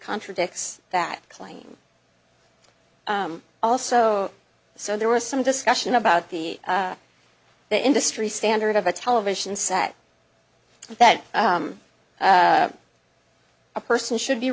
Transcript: contradicts that claim also so there was some discussion about the the industry standard of a television set that a person should be